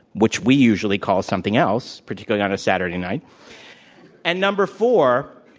which we usually call something else, particularly on a saturday night and, number four,